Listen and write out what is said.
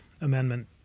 amendment